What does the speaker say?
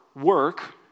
work